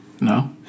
No